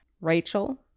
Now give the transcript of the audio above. Rachel